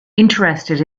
interested